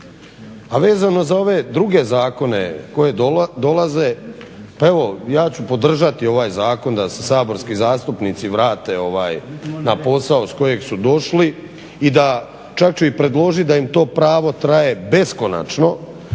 A vezano za ove druge zakone koji dolaze, pa evo ja ću podržati ovaj zakon da se saborski zastupnici vrate na posao s kojeg su došli i da, čak ću i predložiti da im to pravo traje beskonačno